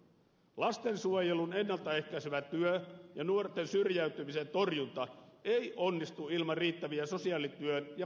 lastensuojelun ennalta ehkäisevä työ ja nuorten syrjäytymisen torjunta ei onnistu ilman riittäviä sosiaalityön ja koulun voimavaroja